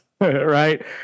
right